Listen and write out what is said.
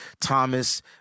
Thomas